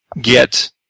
get